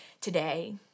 today